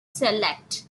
select